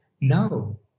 No